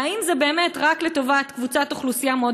האם זה באמת רק לטובת קבוצת אוכלוסייה מאוד